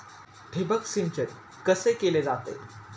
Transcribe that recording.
ठिबक सिंचन कसे केले जाते?